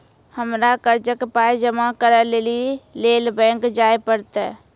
हमरा कर्जक पाय जमा करै लेली लेल बैंक जाए परतै?